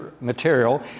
material